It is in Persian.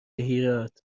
هیراد